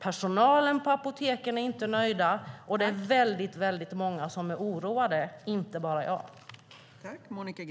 Personalen på apoteken är inte nöjd, och det är väldigt många som är oroade, inte bara jag.